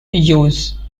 use